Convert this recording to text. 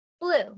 Blue